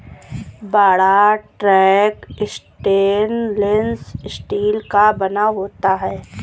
बड़ा tank stainless steel का बना होता है